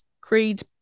creed